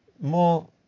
more